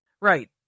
Right